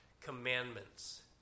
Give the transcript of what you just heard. commandments